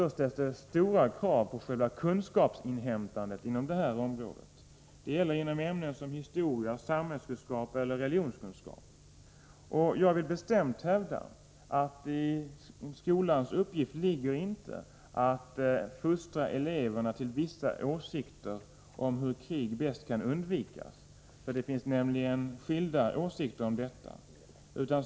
Därför ställs det stora krav på själva kunskapsinhämtandet på det här området. Det gäller ämnena historia, samhällskunskap och religionskunskap. Jag vill bestämt hävda att det inte är skolans uppgift att fostra eleverna till vissa åsikter om hur krig bäst kan undvikas. Det finns nämligen skilda åsikter om detta.